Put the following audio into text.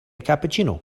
cappuccino